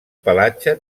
pelatge